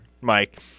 Mike